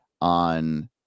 on